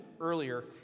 earlier